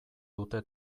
dute